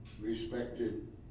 respected